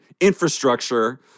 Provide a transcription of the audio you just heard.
infrastructure